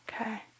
Okay